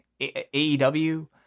AEW